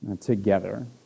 together